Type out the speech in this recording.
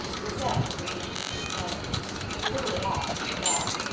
himself a venetian of good standing, but a little at odds with the law.